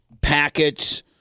packets